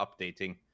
updating